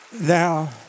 Now